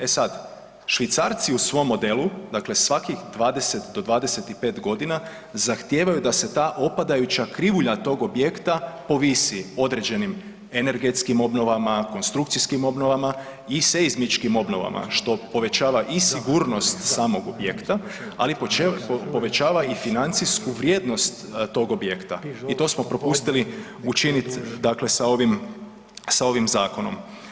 E sad, Švicarci u svom modelu, dakle svakih 20 do 25 godina zahtijevaju da se ta opadajuća krivulja tog objekta povisi određenim energetskim obnovama, konstrukcijskim obnovama i seizmičkim obnovama što povećava i sigurnost samog objekta, ali povećava i financijsku vrijednost tog objekta i to smo propustili učiniti sa ovim zakonom.